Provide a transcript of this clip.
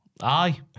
Aye